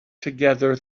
together